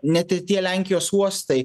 net ir tie lenkijos uostai